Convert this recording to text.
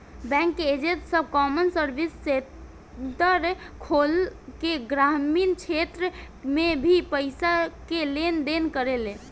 bank के agent सब common service centre खोल के ग्रामीण क्षेत्र में भी पईसा के लेन देन करेले